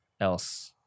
else